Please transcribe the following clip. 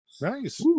nice